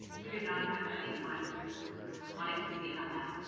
we do not have anyone wanting to speak on that.